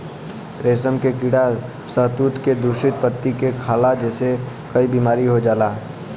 रेशम के कीड़ा शहतूत के दूषित पत्ती के खाला जेसे कई बीमारी हो जाला